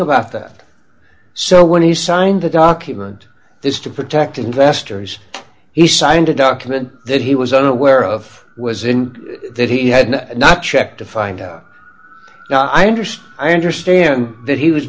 about that so when he signed the document this to protect investors he signed a document that he was unaware of was in that he had not checked to find out now i understand i understand that he was